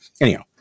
anyhow